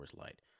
Light